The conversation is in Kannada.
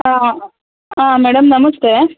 ಹಾಂ ಹಾಂ ಮೇಡಮ್ ನಮಸ್ತೆ